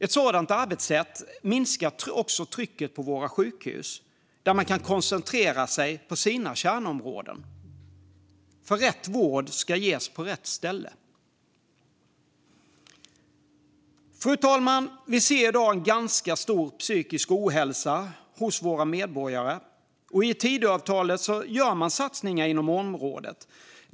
Ett sådant arbetssätt minskar också trycket på våra sjukhus där man kan koncentrera sig på sina kärnområden. Rätt vård ska ges på rätt ställe. Fru talman! Vi ser i dag en ganska stor psykisk ohälsa hos våra medborgare, och i Tidöavtalet gör man satsningar inom området.